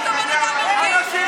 חבר הכנסת טור פז, קריאה שנייה.